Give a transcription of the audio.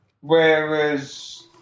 Whereas